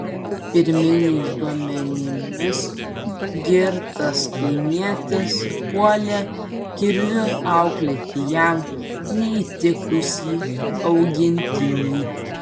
pirminiais duomenimis girtas kaimietis puolė kirviu auklėti jam neįtikusį augintinį